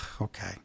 okay